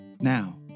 Now